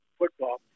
football